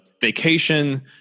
vacation